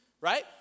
right